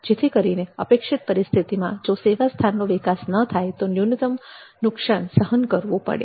જેથી કરીને અપેક્ષિત પરિસ્થિતિમાં જો સેવા સ્થાનનો વિકાસ ન થાય તો ન્યૂનતમ નુકસાન સહન કરવું પડે